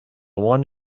one